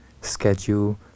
schedule